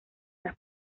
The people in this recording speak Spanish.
las